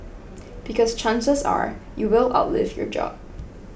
because chances are you will outlive your job